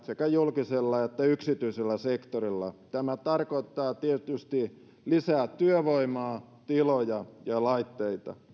sekä julkisella että yksityisellä sektorilla tämä tarkoittaa tietysti lisää työvoimaa tiloja ja laitteita